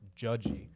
judgy